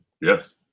Yes